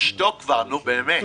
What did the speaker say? שתוק כבר, נו באמת.